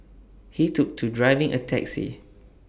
he took to driving A taxi